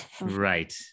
Right